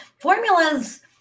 Formulas